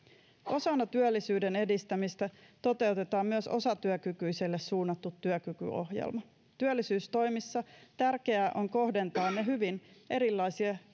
osana työllisyyden edistämistä toteutetaan myös osatyökykyisille suunnattu työkykyohjelma työllisyystoimissa tärkeää on kohdentaa ne hyvin